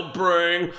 bring